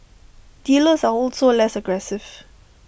dealers are also less aggressive